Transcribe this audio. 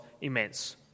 immense